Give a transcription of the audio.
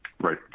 Right